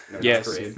yes